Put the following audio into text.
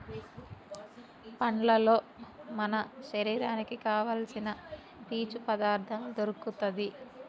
పండ్లల్లో మన శరీరానికి కావాల్సిన పీచు పదార్ధం దొరుకుతది